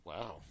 Wow